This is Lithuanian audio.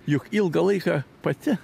juk ilgą laiką pati